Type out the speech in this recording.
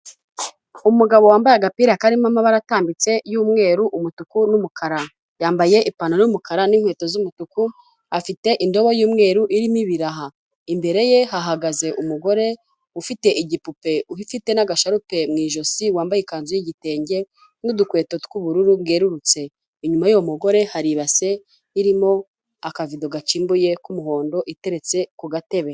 umugabo wambaye agapira karimo amabara atambitse y'umweru umutuku n'umukara yambaye ipantaro yumukara n'inkweto z'umutuku afite indobo y'umweru irimo ibiraha imbere ye hahagaze umugore ufite igipupe ufite n'agasharupe mu ijosi wambaye ikanzu y'igitenge n'udukweto tw'ubururu bwerurutse inyuma y'uwo mugore haribase irimo akavudo gacimbuye k'umuhondo iteretse ku gatebe